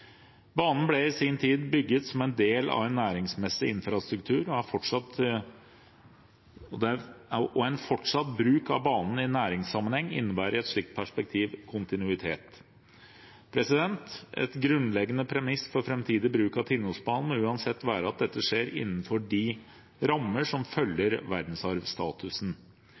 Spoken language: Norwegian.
Banen ble i sin tid bygget som en del av en næringsmessig infrastruktur, og en fortsatt bruk av banen i næringssammenheng innebærer i et slikt perspektiv kontinuitet. Et grunnleggende premiss for framtidig bruk av Tinnosbanen må uansett være at dette skjer innenfor de rammer som følger av verdensarvstatusen.